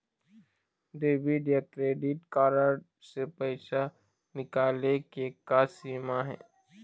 Debit या credit card से पैसा निकाले के का सीमा हे?